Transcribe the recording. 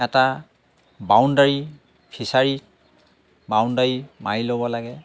এটা boundary fishery boundary মাৰি ল'ব লাগে